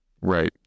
Right